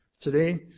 Today